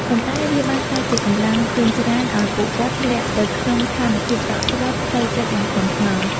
ប៉ុន្តែវាបានក្លាយជាកម្លាំងរុញច្រានឱ្យពួកគាត់ធ្លាក់ទៅក្នុងស្ថានភាពតក់ស្លុតផ្លូវចិត្តយ៉ាងធ្ងន់ធ្ងរ។